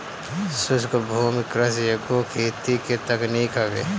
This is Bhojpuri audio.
शुष्क भूमि कृषि एगो खेती के तकनीक हवे